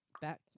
back